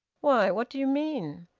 why? what do you mean?